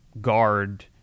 guard